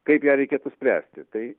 kaip ją reikėtų spręsti tai